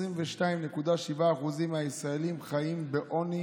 22.7% מהישראלים חיים בעוני